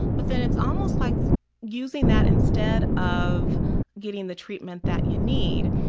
but then it's almost like using that instead of getting the treatment that you need.